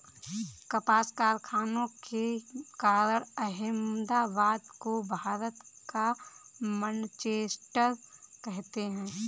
कपास कारखानों के कारण अहमदाबाद को भारत का मैनचेस्टर कहते हैं